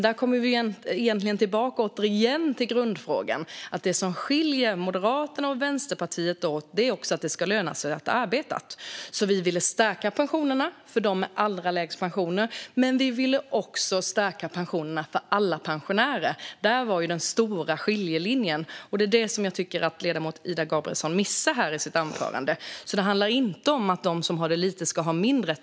Här kommer vi återigen tillbaka till grundfrågan. Det som skiljer Moderaterna och Vänsterpartiet åt är att vi vill att det ska löna sig att ha arbetat. Vi ville därför stärka pensionerna för dem med allra lägst pensioner, men vi ville också stärka pensionerna för alla pensionärer. Där går den stora skiljelinjen, och detta tycker jag att ledamoten Ida Gabrielsson missar i sitt anförande. Det handlar alltså inte om att de som har lite ska ha mindre.